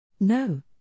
No